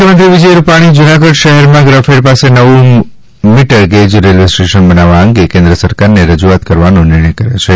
મુખ્યમંત્રી વિજય રૂપાણીએ જુનાગઢ શહેરમાં ગ્રોફેડ પાસે નવું મીટરગેજ રેલવે સ્ટેશન બનાવવા અંગે કેન્દ્ર સરકારને રજૂઆત કરવાનો નિર્ણય કર્યો છે